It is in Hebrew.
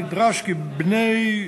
נדרש כי בני-הזוג